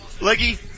Leggy